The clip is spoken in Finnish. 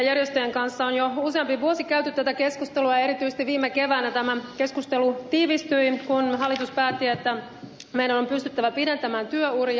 opiskelijajärjestöjen kanssa on jo useampi vuosi käyty tätä keskustelua ja erityisesti viime keväänä tämä keskustelu tiivistyi kun hallitus päätti että meidän on pystyttävä pidentämään työuria